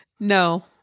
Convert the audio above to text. No